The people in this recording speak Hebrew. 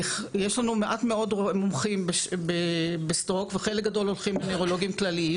יש לנו מעט מאוד מומחים בסטרוק וחלק גדול הולכים לנוירולוגים כלליים.